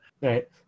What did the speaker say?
Right